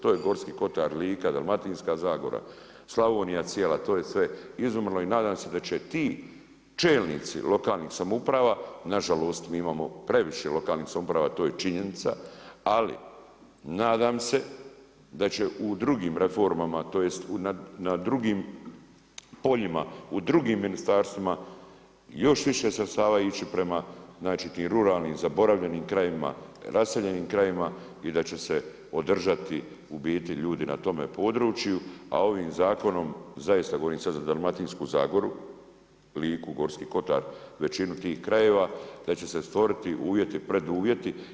To je Gorski Kotar, Lika, Dalmatinska zagora, Slavonija cijela to je sve izumrlo i nadam se da će ti čelnici lokalnih samouprava nažalost, mi imamo previše lokalnih samouprava, to je činjenica ali nadam se da će u drugim reformama, tj. na drugim poljima u drugim ministarstvima još više sredstava ići prema tim ruralnim zaboravljenim krajevima, raseljenim krajevima i da će održati u biti ljudi na tome području a ovim zakonom zaista govorim sad za dalmatinsku zagoru, Liku, Gorski kotar, većinu tih krajeva, da će se stvoriti uvjeti, preduvjeti.